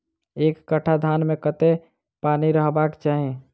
एक कट्ठा धान मे कत्ते पानि रहबाक चाहि?